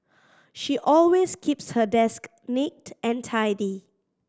she always keeps her desk neat and tidy